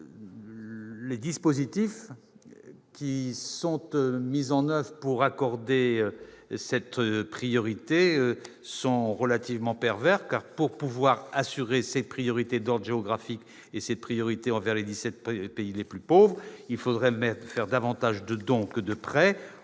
que les dispositifs mis en oeuvre pour accorder cette priorité sont relativement pervers : pour pouvoir assurer cette priorité d'ordre géographique envers les 17 pays les plus pauvres, il faudrait faire davantage de dons que de prêts.